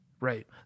Right